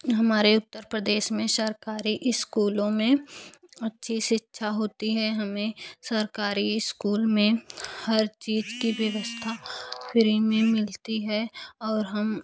हमारे उत्तर प्रदेश में सरकारी स्कूलों में अच्छी शिक्षा होती है हमें सरकारी इस्कूल में हर चीज़ की व्यवस्था फ्री में मिलती है और हम